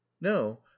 no